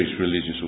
religious